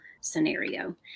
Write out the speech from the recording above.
scenario